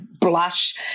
blush